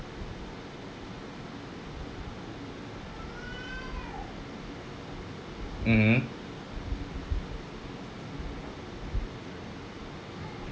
mmhmm